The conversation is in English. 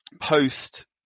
post